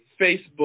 Facebook